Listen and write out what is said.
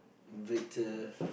Victor